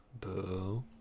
Boo